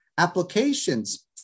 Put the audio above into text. applications